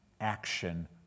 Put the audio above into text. action